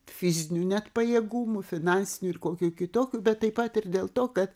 fizinių net pajėgumų finansinių ir kokių kitokių bet taip pat ir dėl to kad